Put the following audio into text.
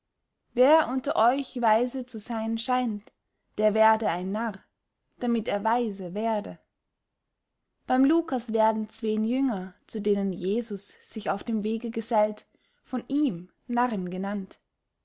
wer unter euch weise zu seyn scheint der werde ein narr damit er weise werde beym lucas werden zween jünger zu denen jesus sich auf dem wege gesellt von ihm narren genennt